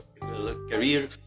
career